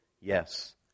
Yes